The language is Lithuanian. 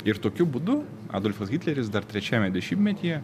ir tokiu būdu adolfas hitleris dar trečiajame dešimtmetyje